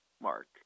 Mark